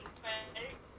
felt